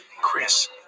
Chris